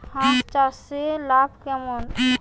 হাঁস চাষে লাভ কেমন?